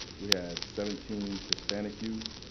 we had seventeen hispanic youth,